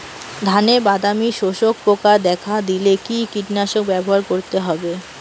ধানে বাদামি শোষক পোকা দেখা দিলে কি কীটনাশক ব্যবহার করতে হবে?